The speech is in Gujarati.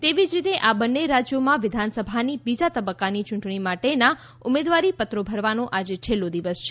એવી જ રીતે આ બંને રાજ્યોમાં વિધાનસભાની બીજા તબક્કાની યૂંટણી માટેના ઉમેદવારી પત્રો ભરવાનો આજે છેલ્લો દિવસ છે